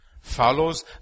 Follows